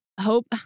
hope